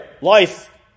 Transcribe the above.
life